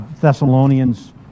Thessalonians